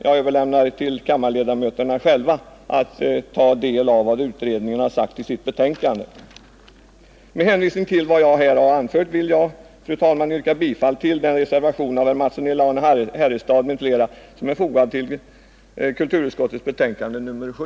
Jag överlämnar till kammarledamöterna själva att ta del av vad utredningen har sagt i sitt betänkande. Med hänvisning till vad jag här anfört vill jag, fru talman, yrka bifall till den reservation av herr Mattsson i Lane-Herrestad m.fl. som är fogad till kulturutskottets betänkande nr 7.